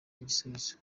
igisubizo